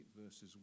verses